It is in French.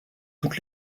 toute